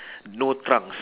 no trunks